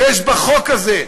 שיש בחוק הזה,